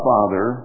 Father